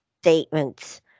statements